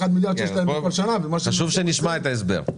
מ-1 מיליארד שיש להם בכל שנה --- חשוב שנשמע את ההסבר.